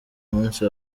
musi